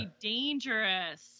dangerous